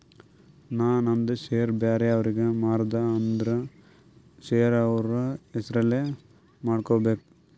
ನಾ ನಂದ್ ಶೇರ್ ಬ್ಯಾರೆ ಅವ್ರಿಗೆ ಮಾರ್ದ ಅಂದುರ್ ಶೇರ್ ಅವ್ರ ಹೆಸುರ್ಲೆ ಮಾಡ್ಕೋಬೇಕ್